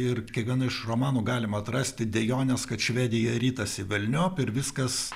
ir kiekviena iš romanų galima atrasti dejones kad švedija ritasi velniop ir viskas